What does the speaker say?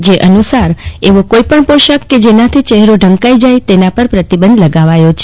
જે અનુસાર એવો કોઈ પણ પોશાક કે જેનાથી ચફેરો ઢંકાઈ જાય તેના પર પ્રતિબંધ લાગાવ્યો છે